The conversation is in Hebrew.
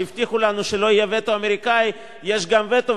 וכשהבטיחו לנו שלא יהיה וטו אמריקני יש גם וטו,